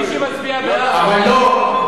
אבל לא,